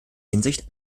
hinsicht